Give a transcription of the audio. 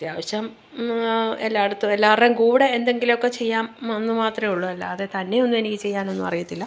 അത്യാവശ്യം എല്ലായിടത്തും എല്ലാവരുടെയും കൂടെ എന്തെങ്കിലൊക്ക ചെയ്യാമെന്ന് മാത്രമേ ഉള്ളൂ അല്ലാതെ തന്നെ ഒന്നും എനിക്ക് ചെയ്യാനൊന്നും അറിയത്തില്ല